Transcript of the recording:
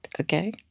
okay